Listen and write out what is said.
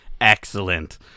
Excellent